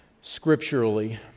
scripturally